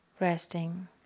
resting